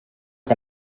que